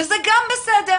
וזה גם בסדר,